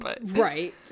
Right